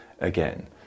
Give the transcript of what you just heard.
again